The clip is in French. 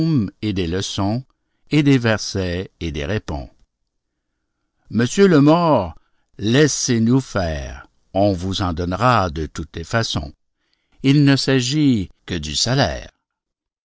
et des leçons et des versets et des répons monsieur le mort laissez-nous faire on vous en donnera de toutes les façons il ne s'agit que du salaire